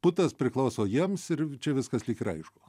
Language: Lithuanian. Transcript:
butas priklauso jiems ir v čia viskas lyg ir aišku